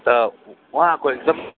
अन्त उहाँहरूको एकदम